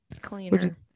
Cleaner